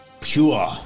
Pure